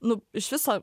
nu iš viso